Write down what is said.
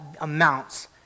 amounts